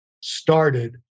started